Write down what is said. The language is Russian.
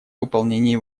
выполнении